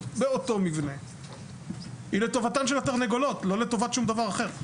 באותו מבנה היא לטובתן של התרנגולות ולא לטובת שום דבר אחר.